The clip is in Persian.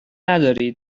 نداری